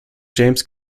james